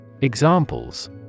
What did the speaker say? Examples